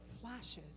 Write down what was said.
flashes